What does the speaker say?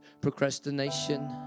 procrastination